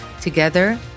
Together